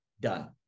done